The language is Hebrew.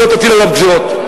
ואל תטיל עליו גזירות.